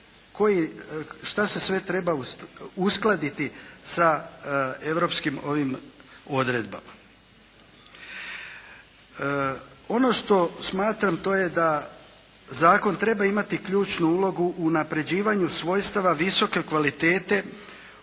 šta se sve treba uskladiti sa europskim ovim odredbama. Ono što smatram to je da zakon treba imati ključnu ulogu u unapređivanju svojstava visoke kvalitete u kod nas